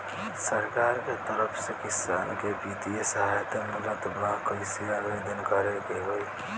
सरकार के तरफ से किसान के बितिय सहायता मिलत बा कइसे आवेदन करे के होई?